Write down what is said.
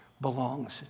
belongs